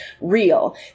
real